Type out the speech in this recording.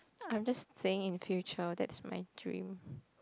I'm just saying in future that's my dream